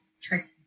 trick